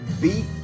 beat